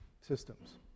systems